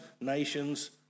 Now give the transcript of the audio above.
nations